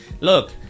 Look